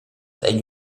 egl